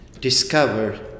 discover